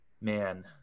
man